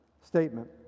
Statement